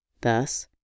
Thus